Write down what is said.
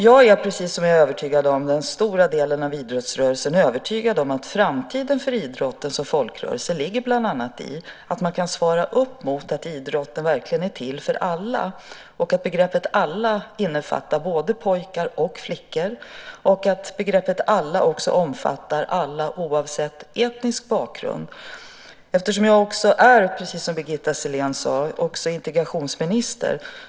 Jag är precis som den stora delen av idrottsrörelsen övertygad om att framtiden för idrotten som folkrörelse bland annat ligger i att man kan svara upp mot att idrotten verkligen är till för alla. Begreppet alla innefattar då både pojkar och flickor och även alla oavsett etnisk bakgrund. Precis som Birgitta Sellén sade är jag också integrationsminister.